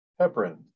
heparin